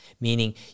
Meaning